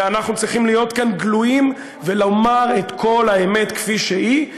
ואנחנו צריכים להיות כאן גלויים ולומר את כל האמת כפי שהיא,